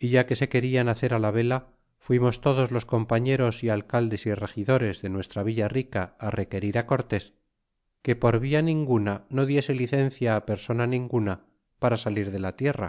cuba ya que se querian hacer la vela fuimos todos los compañeros é alcaldes y regidores de nuestra villa rica requerir cortés que por via ninguna no diese licencia persona ninguna para salir de la tierra